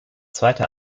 zweite